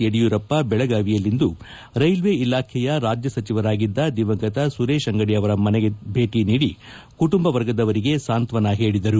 ಯಡಿಯೂರಪ್ಪ ಬೆಳಗಾವಿಯಲ್ಲಿಂದು ರೈಲ್ವೆ ಇಲಾಖೆಯ ರಾಜ್ಯ ಸಚಿವರಾಗಿದ್ದ ದಿವಂಗತ ಸುರೇಶ್ ಅಂಗಡಿ ಅವರ ಮನೆಗೆ ಭೇಟಿ ನೀಡಿ ಕುಟುಂಬ ವರ್ಗದವರಿಗೆ ಸಾಂತ್ವನ ಹೇಳಿದರು